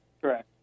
Correct